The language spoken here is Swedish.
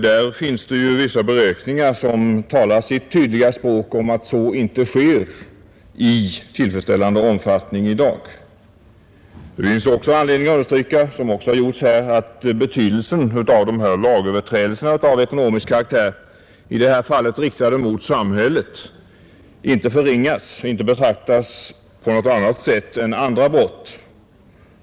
Det finns ju vissa beräkningar som talar sitt tydliga språk om att så inte sker i tillfredsställande omfattning i dag. Man har vidare anledning att understryka — som också gjorts här — betydelsen av att lagöverträdelser av ekonomisk karaktär, i det här fallet riktade mot samhället, inte förringas och betraktas på annat sätt än andra brott.